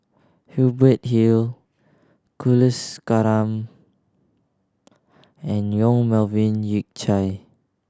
Hubert Hill Kulasekaram and Yong Melvin Yik Chye